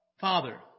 father